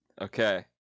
Okay